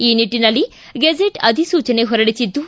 ಈ ನಿಟ್ಟಿನಲ್ಲಿ ಗೆಜೆಟ್ ಅಧಿಸೂಚನೆ ಹೊರಡಿಸಿದ್ದು